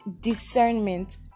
discernment